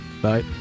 Bye